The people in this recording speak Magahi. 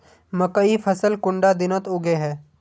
मकई फसल कुंडा दिनोत उगैहे?